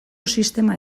sistema